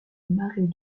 marais